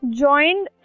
joined